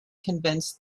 convinced